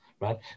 Right